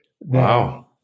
Wow